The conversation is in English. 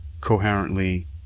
coherently